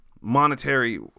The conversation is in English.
monetary